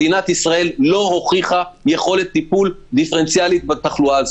מדינת ישראל לא הוכיחה יכולת טיפול דיפרנציאלית בתחלואה,